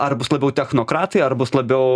ar bus labiau technokratai ar bus labiau